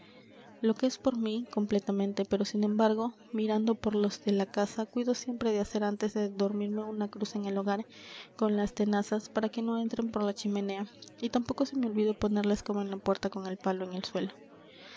lo que es por mí completamente pero sin embargo mirando por los de la casa cuido siempre de hacer antes de dormirme una cruz en el hogar con las tenazas para que no entren por la chimenea y tampoco se me olvida poner la escoba en la puerta con el palo en el suelo